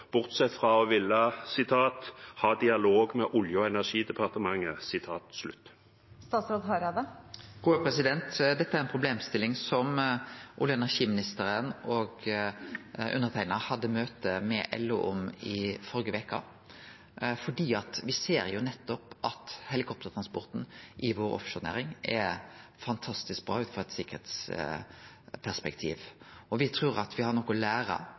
ha dialog med Olje- og energidepartementet»? Dette er ei problemstilling olje- og energiministeren og underteikna hadde møte med LO om i førre veke, for me ser at helikoptertransporten i offshorenæringa vår er fantastisk bra ut frå eit sikkerheitsperspektiv. Me trur me har noko å